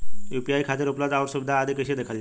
UPI खातिर उपलब्ध आउर सुविधा आदि कइसे देखल जाइ?